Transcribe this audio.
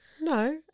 No